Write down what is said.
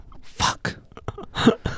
Fuck